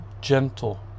gentle